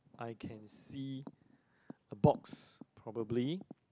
I can see a box probably